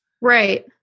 Right